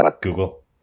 google